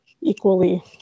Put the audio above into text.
equally